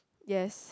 yes